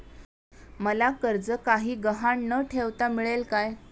मला कर्ज काही गहाण न ठेवता मिळेल काय?